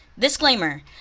Disclaimer